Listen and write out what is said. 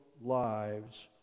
lives